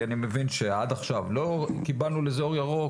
כי אני מבין שעד עכשיו לא קיבלנו לזה אור ירוק,